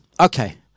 Okay